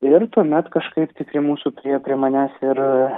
ir tuomet kažkaip tai prie mūsų priėjo prie manęs ir